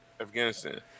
Afghanistan